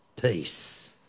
Peace